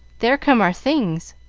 there come our things,